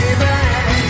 baby